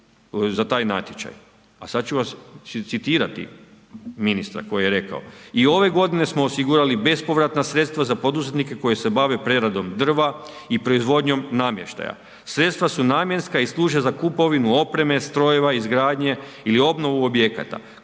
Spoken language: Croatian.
za taj natječaj? Sada ću citirati ministra koji je rekao „I ove godine smo osigurali bespovratna sredstva za poduzetnike koji se bave preradom drva i proizvodnjom namještaja. Sredstva su namjenska i služe za kupovinu opreme, strojeva, izgradnje ili obnovu objekata,